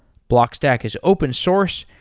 blockstack is open source,